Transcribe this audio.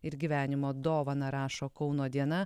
ir gyvenimo dovana rašo kauno diena